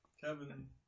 Kevin